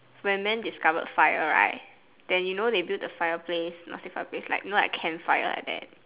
when men discovered fire right then you know they build the fire place not say fireplace like you know like camp fire like that